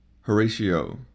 Horatio